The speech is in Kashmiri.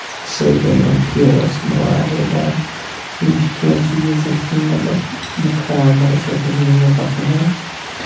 سُے گوٚو یِمَن فیٖڈ ؤژھ یِمَن واریاہ زیادٕ یِم چھِ کیٚنٛہہ چیٖز یِم سُنٛد مطلب مےٚ خراب باسیٚے یِم نہٕ مےٚ پَسند آیہِ